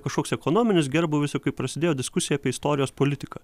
kažkoks ekonominis gerbūvis o kai prasidėjo diskusija apie istorijos politiką